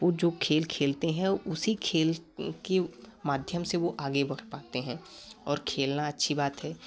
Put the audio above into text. वो जो खेल खेलते हैं उसी खेल के माध्यम से वो आगे बढ़ पाते हैं और खेलना अच्छी बात है